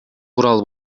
курал